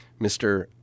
Mr